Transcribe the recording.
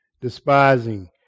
despising